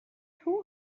who